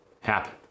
happen